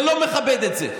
זה לא מכבד את זה.